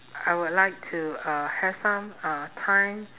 I would like to uh have some uh time